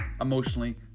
emotionally